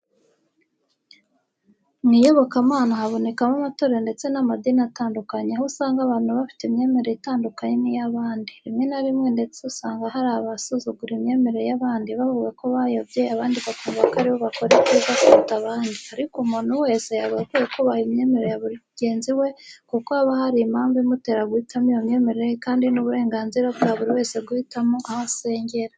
Mu iyobokamana habonekamo amatorero ndetse n'amadini atandukanye, aho usanga abantu bafite imyemerere itandukanye n'iy'abandi. Rimwe na rimwe ndetse ugasanga hari abasuzugura imyemerere y'abandi bavugako bayobye, abandi bakumva ko aribo bakora ibyiza kuruta abandi. Ariko umuntu wese yagakwiye kubaha imyemerere ya mugenzi we kuko haba hari impamvu imutera guhitamo iyo myemerere kandi ni uburenganzira bwa buri wese guhitamo aho asengera.